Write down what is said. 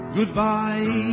Goodbye